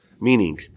Meaning